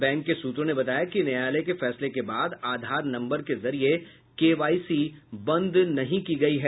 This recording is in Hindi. बैंक के सूत्रों ने बताया कि न्यायालय के फैसले के बाद आधार नम्बर के जरिये केवाईसी बंद नहीं की गयी है